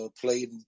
played